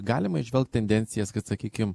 galima įžvelgt tendencijas kad sakykim